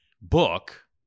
Book